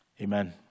Amen